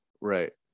right